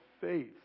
faith